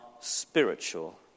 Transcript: spiritual